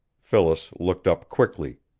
phyllis looked up quickly.